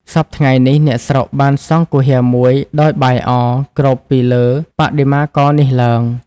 សព្វថ្ងៃនេះ អ្នកស្រុកបានសង់គុហាមួយដោយបាយអគ្របពីលើបដិមាករនេះឡើង។